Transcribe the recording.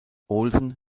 olsen